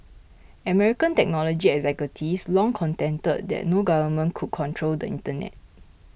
American technology executives long contended that no government could control the internet